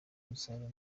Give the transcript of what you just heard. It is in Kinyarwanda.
umusaruro